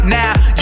now